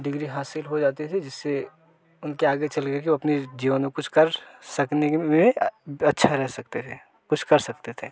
degree हासिल हो जाती थी जिससे उनके आगे चल करके ओ अपने जीवन में कुछ कर सकने के में अच्छारेह सकते थे कुछ कर सकते थे